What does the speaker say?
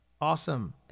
awesome